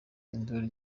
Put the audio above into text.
induru